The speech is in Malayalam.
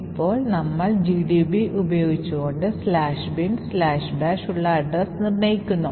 ഇപ്പോൾ നമ്മൾ GDB ഉപയോഗിച്ചു കൊണ്ട് "binbash" ഉള്ള അഡ്രസ്സ് നിർണ്ണയിക്കുന്നു